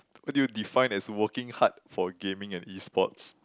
what do you define as working hard for gaming and E-sports